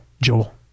Joel